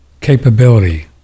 capability